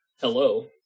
hello